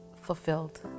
fulfilled